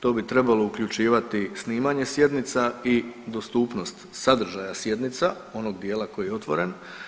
To bi trebalo uključivati snimanje sjednica i dostupnost sadržaja sjednica onog dijela koji je otvoren.